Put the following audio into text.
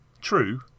True